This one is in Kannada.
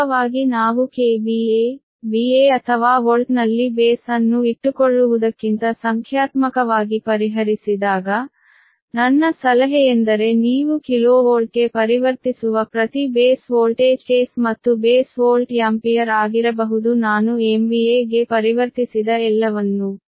ವಾಸ್ತವವಾಗಿ ನಾವು KVA VA ಅಥವಾ Volt ನಲ್ಲಿ ಬೇಸ್ ಅನ್ನು ಇಟ್ಟುಕೊಳ್ಳುವುದಕ್ಕಿಂತ ಸಂಖ್ಯಾತ್ಮಕವಾಗಿ ಪರಿಹರಿಸಿದಾಗ ನನ್ನ ಸಲಹೆಯೆಂದರೆ ನೀವು ಕಿಲೋವೋಲ್ಟ್ಗೆ ಪರಿವರ್ತಿಸುವ ಪ್ರತಿ ಬೇಸ್ ವೋಲ್ಟೇಜ್ ಕೇಸ್ ಮತ್ತು ಬೇಸ್ ವೋಲ್ಟ್ ಯಾಮ್ಪಿಯರ್ ಆಗಿರಬಹುದು ನಾನು MVA ಗೆ ಪರಿವರ್ತಿಸಿದ ಎಲ್ಲವನ್ನೂ